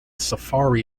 safari